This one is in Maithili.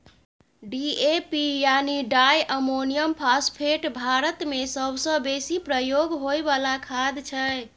डी.ए.पी यानी डाइ अमोनियम फास्फेट भारतमे सबसँ बेसी प्रयोग होइ बला खाद छै